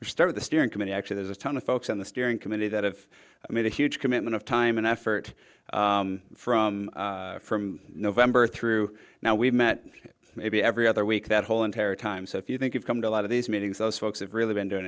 we started the steering committee actually there's a ton of folks on the steering committee that have made a huge commitment of time and effort from from november through now we've met maybe every other week that whole entire time so if you think you've come to a lot of these meetings those folks have really been doing